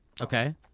Okay